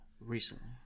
Recently